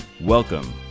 Welcome